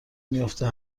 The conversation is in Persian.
میفته